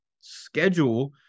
schedule